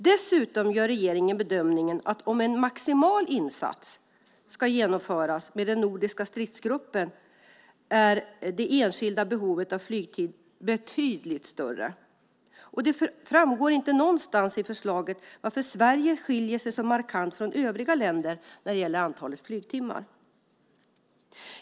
Dessutom gör regeringen bedömningen att om en maximal insats ska genomföras med den nordiska stridsgruppen är det enskilda behovet av flygtid betydligt större. Det framgår inte någonstans i förslaget varför Sverige skiljer sig så markant från övriga länder när det gäller antalet flygtimmar.